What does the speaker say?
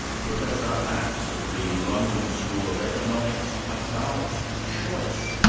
professor at the london school of economics about choice,